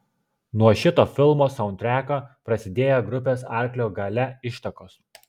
nuo šito filmo saundtreko prasidėjo grupės arklio galia ištakos